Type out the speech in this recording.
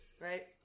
right